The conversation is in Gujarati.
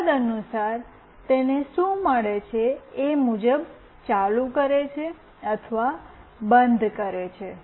તદનુસાર તેને શું મળે એ મુજબ ચાલુ કરે છે અથવા બંધ કરે છે